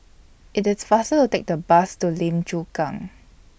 IT IS faster to Take The Bus to Lim Chu Kang